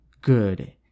good